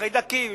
חיידקים,